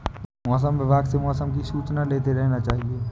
मौसम विभाग से मौसम की सूचना लेते रहना चाहिये?